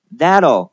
,that'll